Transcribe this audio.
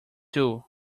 too